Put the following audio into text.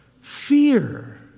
fear